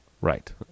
right